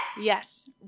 Yes